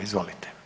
Izvolite.